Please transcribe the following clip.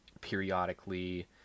periodically